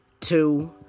two